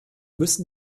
müssten